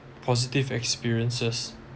positive experiences